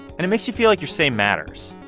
and it makes you feel like your say matters.